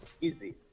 easy